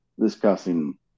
discussing